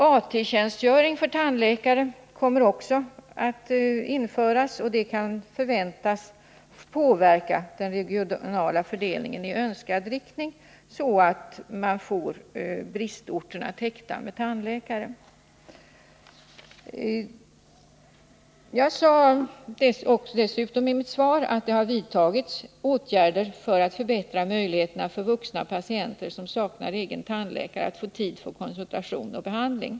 AT-tjänstgöring för tandläkare kommer också att införas, och det kan förväntas påverka den regionala fördelningen i önskad riktning, så att man får bristorterna täckta när det gäller tandläkare. Jag sade dessutom i mitt svar att det har vidtagits åtgärder för att förbättra möjligheterna för de vuxna patienter som saknar egen tandläkare att få tid för konsultation och behandling.